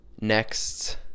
next